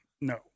No